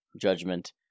judgment